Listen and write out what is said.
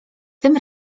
tym